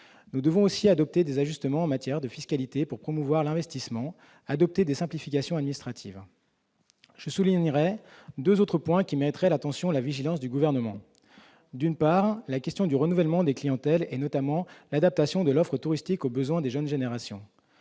Nous devons aussi adopter des ajustements en matière de fiscalité pour promouvoir l'investissement, adopter des simplifications administratives. Je soulignerai deux autres points qui mériteraient l'attention et la vigilance du Gouvernement : d'une part, la question du renouvellement des clientèles, notamment l'adaptation de l'offre touristique aux besoins des jeunes générations